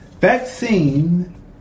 vaccine